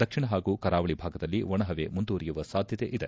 ದಕ್ಷಿಣ ಹಾಗೂ ಕರಾವಳಿ ಭಾಗದಲ್ಲಿ ಒಣ ಪವೆ ಮುಂದುವರೆಯುವ ಸಾಧ್ಯತೆ ಇದೆ